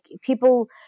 people